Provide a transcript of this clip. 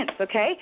okay